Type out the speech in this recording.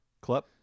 Clip